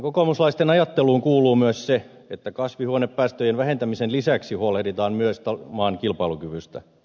kokoomuslaisten ajatteluun kuuluu myös se että kasvihuonepäästöjen vähentämisen lisäksi huolehditaan myös maan kilpailukyvystä